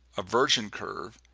a virgin curve,